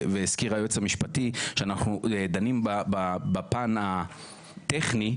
והזכיר היועץ המשפטי שאנחנו דנים בפן הטכני,